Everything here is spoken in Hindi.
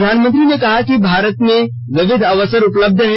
प्रधानमंत्री ने कहा कि भारत में विविध अवसर उपलब्ध हैं